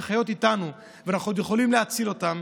שחיות איתנו ואנחנו עוד יכולים להציל אותן.